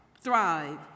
thrive